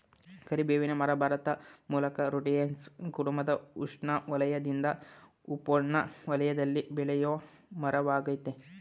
ಕರಿಬೇವಿನ ಮರ ಭಾರತ ಮೂಲದ ರುಟೇಸಿಯೇ ಕುಟುಂಬದ ಉಷ್ಣವಲಯದಿಂದ ಉಪೋಷ್ಣ ವಲಯದಲ್ಲಿ ಬೆಳೆಯುವಮರವಾಗಯ್ತೆ